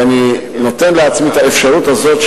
ואני נותן לעצמי את האפשרות הזאת,